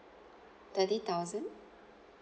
thirty thousand